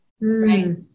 right